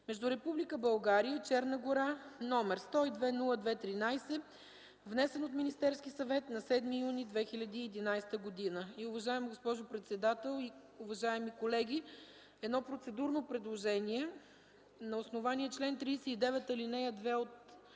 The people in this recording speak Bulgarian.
между Република България и Черна гора, № 102-02-13, внесен от Министерския съвет на 7 юни 2011 г.” Уважаема госпожо председател, уважаеми колеги! Едно процедурно предложение – на основание чл. 39, ал. 2 от